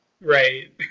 Right